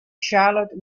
charlotte